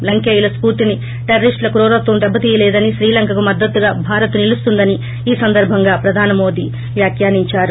లంకేయుల స్పార్తిని టెర్రిస్టుల క్రూరత్వం దెబ్పతీయలేదనిశ్రీలంకకు మద్దతుగా భారత్ నిలుస్తుందని ఈ సందర్భంగా ప్రధానిమోదీ వ్యాఖ్యానించారు